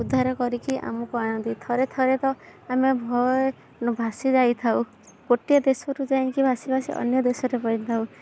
ଉଦ୍ଧାର କରିକି ଆମକୁ ଆଣନ୍ତି ଥରେ ଥରେ ତ ଆମେ ଭଏ ଭାସି ଯାଇଥାଉ ଗୋଟିଏ ଦେଶରୁ ଯାଇକି ଭାସିଭାସି ଅନ୍ୟ ଦେଶରେ ପଡ଼ିଥାଉ